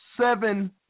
seven